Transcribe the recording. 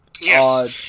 Yes